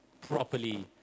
properly